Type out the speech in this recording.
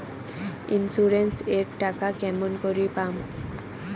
Insurance এর টাকা কেমন করি পাম?